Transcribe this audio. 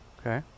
Okay